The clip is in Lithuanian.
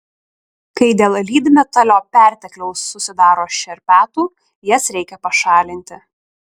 kai dėl lydmetalio pertekliaus susidaro šerpetų jas reikia pašalinti